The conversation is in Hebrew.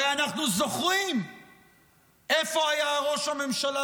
הרי אנחנו זוכרים איפה היה ראש הממשלה